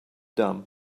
dumb